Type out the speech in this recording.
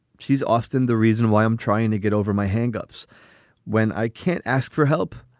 she's often the reason why i'm trying to get over my hangups when i can't ask for help.